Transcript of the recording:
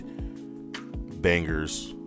bangers